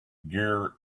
gear